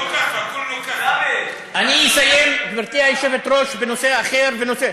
אני אסיים, גברתי היושבת-ראש, בנושא אחר.